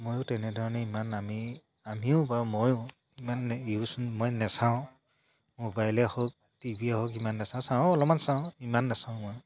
ময়ো তেনেধৰণে ইমান আমি আমিও বা ময়ো ইমান ইউজ মই নাচাওঁ মোবাইলে হওক টিভিয়ে হওক ইমান নাচাওঁ চাওঁ অলপমান চাওঁ ইমান নাচাওঁ মই